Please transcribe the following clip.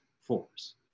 force